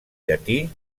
llatí